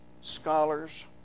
scholars